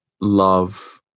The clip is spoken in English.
love